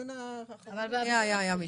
אבל בדיון האחרון --- היה מישהו.